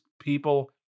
people